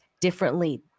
differently